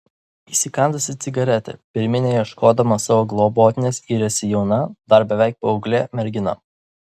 įsikandusi cigaretę per minią ieškodama savo globotinės yrėsi jauna dar beveik paauglė mergina